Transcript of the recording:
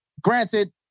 Granted